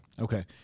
okay